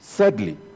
Sadly